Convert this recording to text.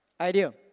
idea